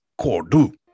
Kordu